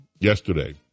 Yesterday